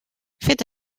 fet